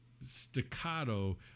staccato